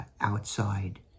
outside